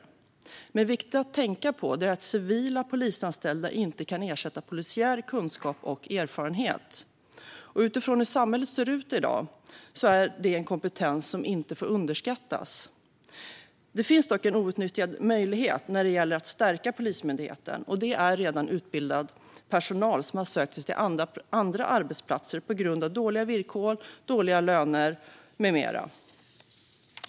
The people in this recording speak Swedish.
Men det är viktigt att tänka på att civila polisanställda inte kan ersätta polisiär kunskap och erfarenhet. Och utifrån hur samhället ser ut i dag är det en kompetens som inte får underskattas. Det finns dock en outnyttjad möjlighet när det gäller att stärka Polismyndigheten, och det är redan utbildad personal som har sökt sig till andra arbetsplatser på grund av dåliga villkor, dåliga löner med mera.